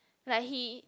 like he